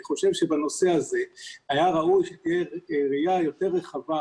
אני חושב שבנושא הזה היה ראוי שתהיה ראייה יותר רחבה